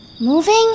Moving